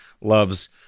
loves